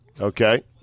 Okay